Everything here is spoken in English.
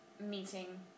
meeting